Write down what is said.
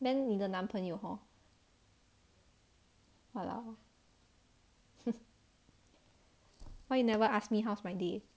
then 你的男朋友 hor !walao! why you never ask me how's my day